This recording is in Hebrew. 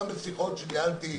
גם בשיחות שניהלתי,